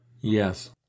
Yes